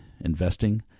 investing